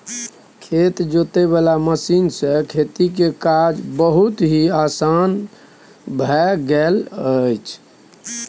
खेत जोते वाला मशीन सँ खेतीक काज असान भए गेल छै